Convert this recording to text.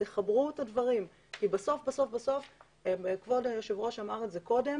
תחברו את הדברים כי בסוף בסוף בסוף - כבוד היושב ראש אמר את זה 3קודם